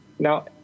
Now